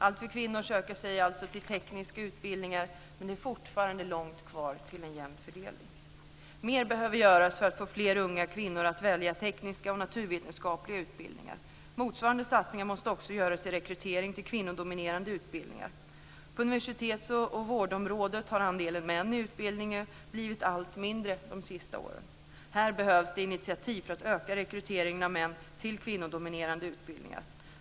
Alltfler kvinnor söker sig alltså till tekniska utbildningar, men det är fortfarande långt kvar till en jämn fördelning. Mer behöver göras för att få fler kvinnor att välja tekniska och naturvetenskapliga utbildningar. Motsvarande satsningar måste också göras vid rekrytering till kvinnodominerande utbildningar. På universitetsoch vårdområdet har andelen i utbildning blivit allt mindre de senaste åren. Här behövs det initiativ för att öka rekryteringen av män till kvinnodominerade utbildningar.